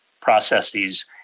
processes